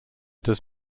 does